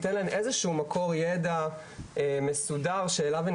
ייתן להן איזה שהוא מקור ידע מסודר שאליו הן